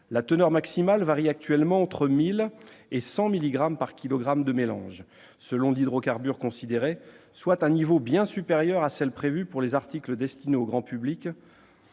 La teneur maximale varie actuellement entre 1 000 et 100 milligrammes par kilogramme de mélange, selon l'hydrocarbure considéré, soit un niveau bien supérieur à celui prévu pour les articles destinés au grand public